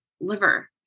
liver